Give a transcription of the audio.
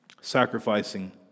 sacrificing